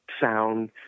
sound